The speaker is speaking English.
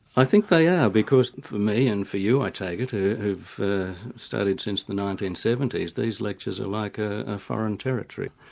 i think they are, because for me and for you, i take it, who've studied since the nineteen seventy s, these lectures are like a foreign territory.